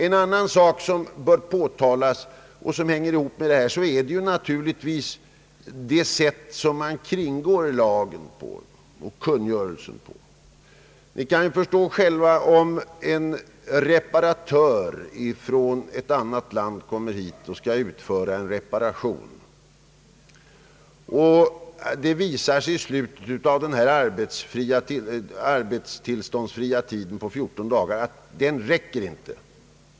in annan sak som bör påtalas och som har samband med detta spörsmål är naturligtvis det sätt på vilket man kringgår lagen och kungörelsen. Kammarens ledamöter kan själva förstå reaktionen hos en reparatör från annat land som kommer hit och skall utföra en reparation och det visar sig att den arbetstillståndsfria perioden på 14 dagar inte räcker till.